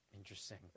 Interesting